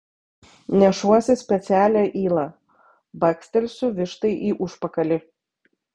nešuosi specialią ylą bakstelsiu vištai į užpakalį